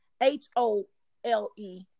H-O-L-E